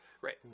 Right